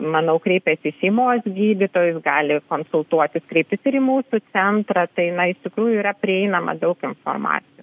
manau kreipiasi į šeimos gydytojus gali konsultuotis kreiptis ir į mūsų centrą tai na iš tikrųjų yra prieinama daug informacijos